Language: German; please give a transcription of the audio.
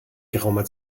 geraumer